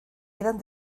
eran